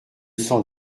sang